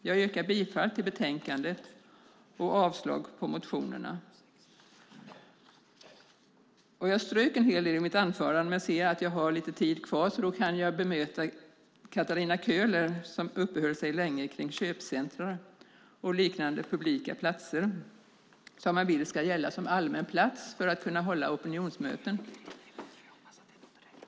Jag yrkar bifall till förslaget i utskottets betänkande och avslag på motionerna. Jag strök en hel del ur mitt anförande och ser nu att jag har lite tid kvar och kan bemöta Katarina Köhler, som uppehöll sig länge kring köpcentrum och liknande publika platser som hon vill ska gälla som allmän plats där man ska kunna hålla opinionsmöten.